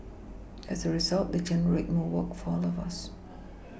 as a result they generate more work for all of us